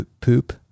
poop